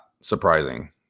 surprising